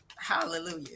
Hallelujah